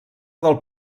del